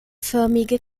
förmige